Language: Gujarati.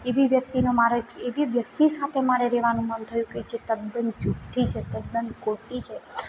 એવી વ્યક્તિનો મારે એવી વ્યક્તિ સાથે મારે રહેવાનું મારું થયું કે જે તદ્દન જુઠ્ઠી છે તદ્દન ખોટી છે